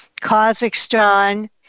Kazakhstan